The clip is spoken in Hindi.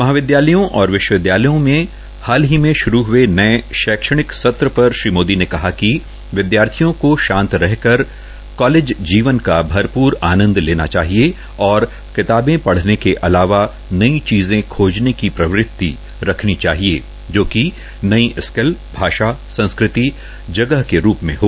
महाविदयालयों और विश्वविदयालयों में हाल ही श्रू हये नये शैक्षणिक सत्र पर श्री मोदी ने कहा कि विदयार्थी को शांत रह कर कालेज जीवन का भरपूर आनंद लेना चाहिए और किताबें पढ़ने के अलावा नई चीजें खोजनें की प्रवृति रखनी चाहिए जो नयी सिक्ल भाषा सांस्कृति जगह के रूप में हो